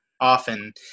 often